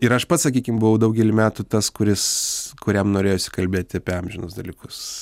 ir aš pats sakykim buvau daugelį metų tas kuris kuriam norėjosi kalbėti apie amžinus dalykus